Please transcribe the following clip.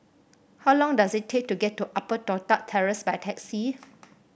how long does it take to get to Upper Toh Tuck Terrace by taxi